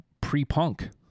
pre-Punk